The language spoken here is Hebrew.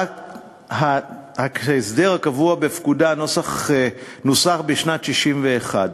ההסדר הקבוע בפקודה נוסח בשנת 1961,